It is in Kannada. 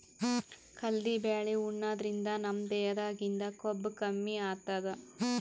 ಕಲ್ದಿ ಬ್ಯಾಳಿ ಉಣಾದ್ರಿನ್ದ ನಮ್ ದೇಹದಾಗಿಂದ್ ಕೊಬ್ಬ ಕಮ್ಮಿ ಆತದ್